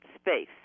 space